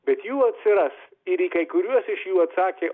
bet jų atsiras ir į kai kuriuos iš jų atsakė